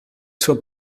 zur